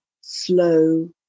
slow